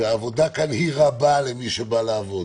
והעבודה כאן היא רבה למי שבא לעבוד,